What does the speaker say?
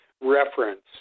reference